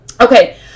okay